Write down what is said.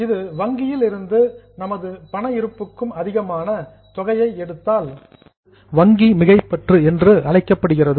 இது வங்கியில் இருந்து நமது பண இருப்புக்கும் அதிகமான தொகையை எடுத்தால் அது வங்கி மிகைப்பற்று என்றழைக்கப்படுகிறது